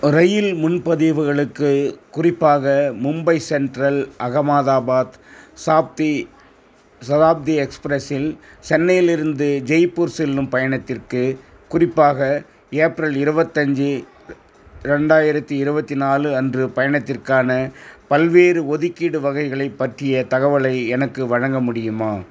ரயில் முன்பதிவுகளுக்கு குறிப்பாக மும்பை சென்ட்ரல் அகமதாபாத் சாப்தி சதாப்தி எக்ஸ்ப்ரஸில் சென்னையிலிருந்து ஜெய்ப்பூர் செல்லும் பயணத்திற்கு குறிப்பாக ஏப்ரல் இருபத்தஞ்சு ரெண்டாயிரத்தி இருபத்தி நாலு அன்று பயணத்திற்கான பல்வேறு ஒதுக்கீடு வகைகளை பற்றிய தகவலை எனக்கு வழங்க முடியுமா